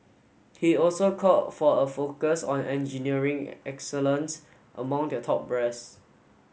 he also called for a focus on engineering excellence among the top brass